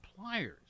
pliers